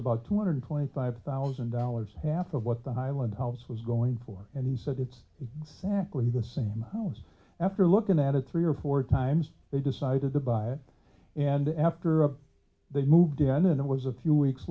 about two hundred twenty five thousand dollars half of what the highland house was going for and he said it's exactly the same house after looking at it three or four times they decided to buy it and after they moved in and it was a few weeks